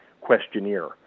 questionnaire